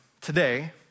today